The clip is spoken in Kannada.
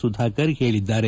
ಸುಧಾಕರ್ ಹೇಳಿದ್ದಾರೆ